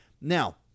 Now